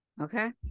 Okay